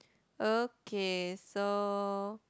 okay so